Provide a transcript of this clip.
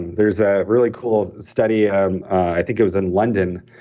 there's a really cool study, um i think it was in london,